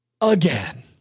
again